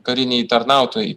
kariniai tarnautojai